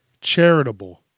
charitable